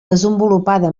desenvolupada